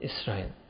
Israel